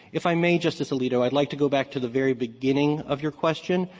if i may, justice alito, i'd like to go back to the very beginning of your question,